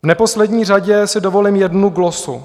V neposlední řadě si dovolím jednu glosu.